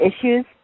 issues